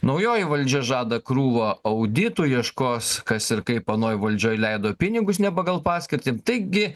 naujoji valdžia žada krūvą auditų ieškos kas ir kaip anoj valdžioj leido pinigus ne pagal paskirtį taigi